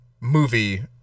movie